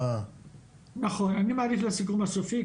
אני מעדיף את הסיכום הסופי,